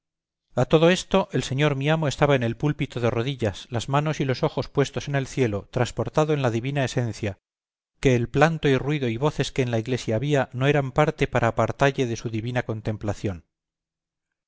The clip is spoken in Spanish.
a todo esto el señor mi amo estaba en el púlpito de rodillas las manos y los ojos puestos en el cielo transportado en la divina esencia que el planto y ruido y voces que en la iglesia había no eran parte para apartalle de su divina contemplación